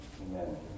Amen